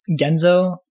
Genzo